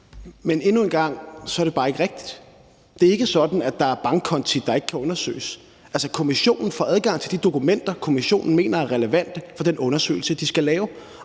Men endnu en gang er det bare ikke rigtigt; det er ikke sådan, at der er bankkonti, der ikke kan undersøges. Altså, kommissionen får adgang til de dokumenter, kommissionen mener er relevante for den undersøgelse, de skal lave.